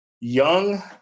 young